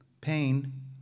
pain